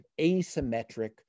asymmetric